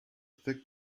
thick